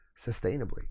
sustainably